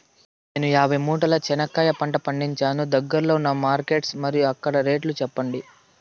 నేను యాభై మూటల చెనక్కాయ పంట పండించాను దగ్గర్లో ఉన్న మార్కెట్స్ మరియు అక్కడ రేట్లు చెప్పండి?